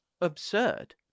Absurd